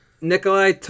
Nikolai